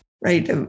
right